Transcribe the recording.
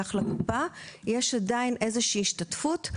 ששייך לקופה - עדיין יש איזושהי השתתפות.